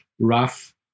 rough